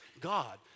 God